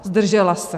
Zdržela se!